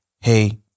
hey